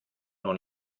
non